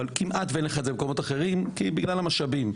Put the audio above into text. כמעט אין לך את זה במקומות אחרים בגלל משאבים.